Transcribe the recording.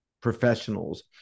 professionals